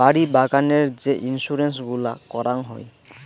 বাড়ি বাগানের যে ইন্সুরেন্স গুলা করাং হই